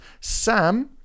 Sam